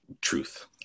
truth